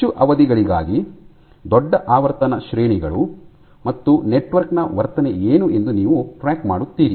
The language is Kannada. ಹೆಚ್ಚು ಅವಧಿಗಳಿಗಾಗಿ ದೊಡ್ಡ ಆವರ್ತನ ಶ್ರೇಣಿಗಳು ಮತ್ತು ನೆಟ್ವರ್ಕ್ ನ ವರ್ತನೆ ಏನು ಎಂದು ನೀವು ಟ್ರ್ಯಾಕ್ ಮಾಡುತ್ತೀರಿ